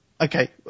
okay